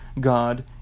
God